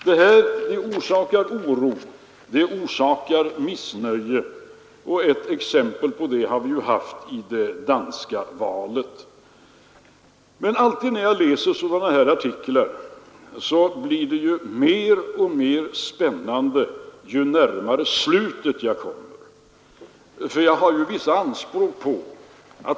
Det här orsakar oro och missnöje, och ett exempel på det har vi ju haft i det danska valet. politiska åtgärder Men alltid när jag läser sådana här artiklar blir det mer och mer spännande ju närmare slutet jag kommer.